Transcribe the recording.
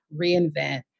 reinvent